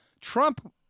Trump